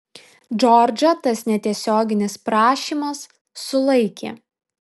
džordžą tas netiesioginis prašymas sulaikė